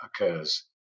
occurs